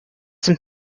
some